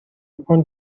پوند